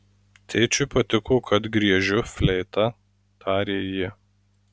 tėčiui patiko kad griežiu fleita tarė ji